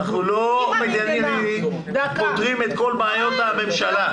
אנחנו לא פותרים את כל בעיות הממשלה.